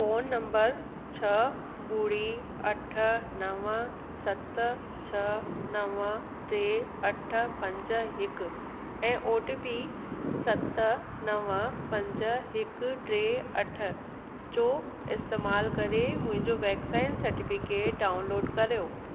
phone number छह ॿुड़ी अठ नव सत छह नव ट अठ पंज हिकु ऐं ओ टी पी सत नव पंज हिकु टे अठ जो इस्तमालु करे मुंहिंजो वैक्सीन सेटिफिकेट डाउनलोड करियो